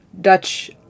Dutch